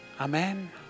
Amen